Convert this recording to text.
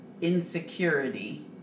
insecurity